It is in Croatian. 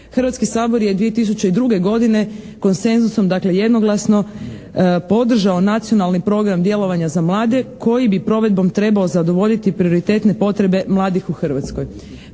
Hrvatski sabor je 2002. godine konsenzusom, dakle jednoglasno podržao nacionalni program djelovanja za mlade koji bi provedbom trebao zadovoljiti prioritetne potrebe mladih u Hrvatskoj.